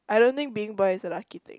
I don't think being born is a lucky thing